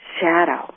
shadow